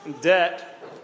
debt